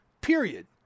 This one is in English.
period